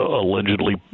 allegedly